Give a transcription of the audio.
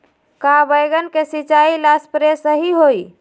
का बैगन के सिचाई ला सप्रे सही होई?